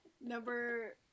number